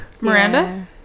Miranda